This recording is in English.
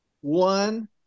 one